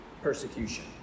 persecution